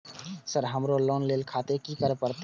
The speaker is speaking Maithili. सर हमरो लोन ले खातिर की करें परतें?